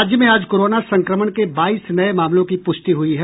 राज्य में आज कोरोना संक्रमण के बाईस नये मामलों की प्रष्टि हुई है